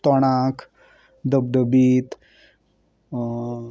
तोणाक धबधबीत